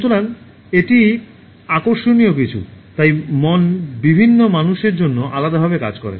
" সুতরাং এটি আকর্ষণীয় কিছু তাই মন বিভিন্ন মানুষের জন্য আলাদাভাবে কাজ করে